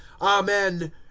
Amen